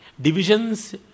Divisions